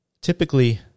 Typically